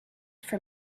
for